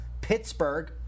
Pittsburgh